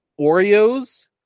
Oreos